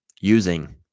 using